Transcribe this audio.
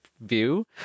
view